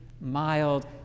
mild